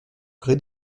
gré